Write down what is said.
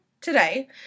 today